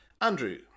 Andrew